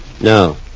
No